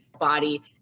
body